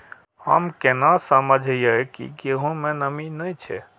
हम केना समझये की गेहूं में नमी ने छे?